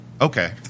Okay